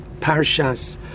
Parshas